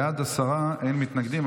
בעד, עשרה, אין מתנגדים.